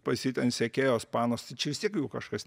pas jį ten sekėjos panos tai čia vis tiek jau kažkas